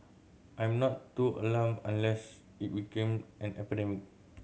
I'm not too alarmed unless it became an epidemic